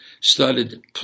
started